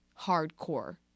Hardcore